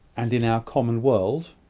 and in our common world.